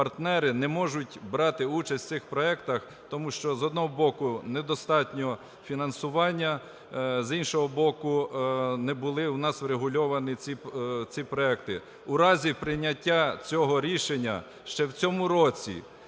не можуть брати участь в цих проектах, тому що, з одного боку, недостатньо фінансування, з іншого боку, не були в нас врегульовані ці проекти. У разі прийняття цього рішення ще в цьому році,